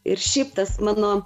ir šiaip tas mano